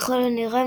ככל הנראה,